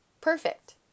perfect